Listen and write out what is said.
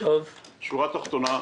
בשורה התחתונה,